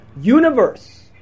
universe